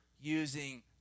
Using